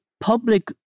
public